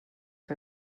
que